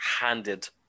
handed